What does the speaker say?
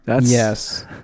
Yes